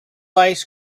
ice